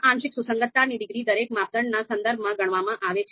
આ આંશિક સુસંગતતાની ડિગ્રી દરેક માપદંડના સંદર્ભમાં ગણવામાં આવે છે